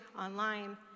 online